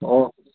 ꯑꯣ